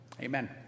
Amen